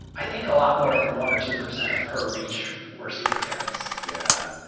i think a lot more than one or two percent of her reach were superfans. yeah.